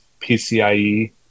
PCIe